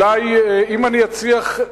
אם אני אצליח,